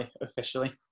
officially